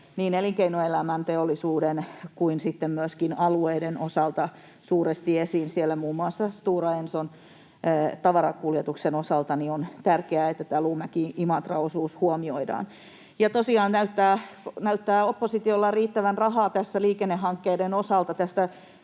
niin elinkeinoelämän, teollisuuden kuin sitten myöskin alueiden osalta suuresti esiin. Siellä muun muassa Stora Enson tavarakuljetuksen osalta on tärkeää, että Luumäki—Imatra-osuus huomioidaan. Ja tosiaan näyttää oppositiolla riittävän rahaa liikennehankkeiden osalta.